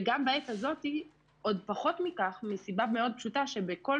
וגם בעת הזאת עוד פחות מכך מסיבה מאוד פשוטה בכל